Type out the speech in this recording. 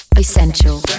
Essential